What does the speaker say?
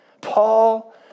Paul